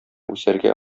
үсәргә